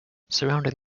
surrounding